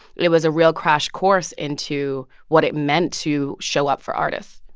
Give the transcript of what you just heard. it was a real crash course into what it meant to show up for artists.